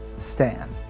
stan.